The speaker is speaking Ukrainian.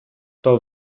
хто